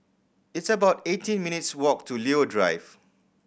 it's about eighteen minutes' walk to Leo Drive